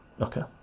okay